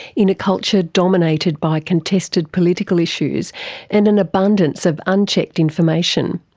in a culture dominated by contested political issues and an abundance of unchecked information,